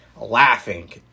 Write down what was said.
laughing